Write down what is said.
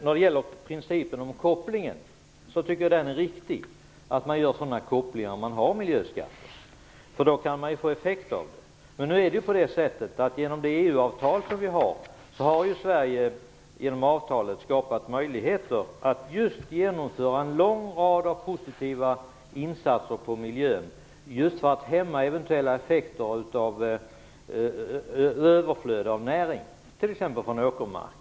Fru talman! Jag tycker att det är riktigt att man gör dessa kopplingar om man har miljöskatter. Då kan man ju få effekter. Men genom EU-avtalet har Sverige skapat möjligheter att genomföra en lång rad positiva insatser på miljöområdet för att hämma eventuella effekter av överflöd av näring från t.ex. åkermark.